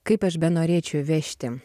kaip aš benorėčiau vežti